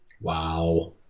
Wow